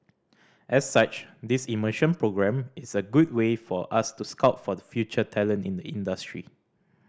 as such this immersion programme is a good way for us to scout for the future talent in the industry